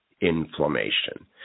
inflammation